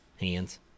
hands